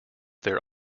their